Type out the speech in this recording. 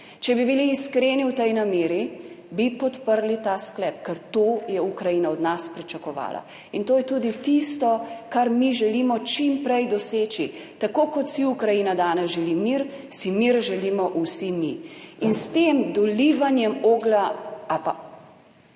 Če bi bili iskreni v tej nameri, bi podprli ta sklep, ker to je Ukrajina od nas pričakovala in to je tudi tisto, kar mi želimo čim prej doseči. Tako kot si Ukrajina danes želi mir, si mir želimo vsi mi in s tem dolivanjem oglja ali